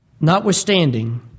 Notwithstanding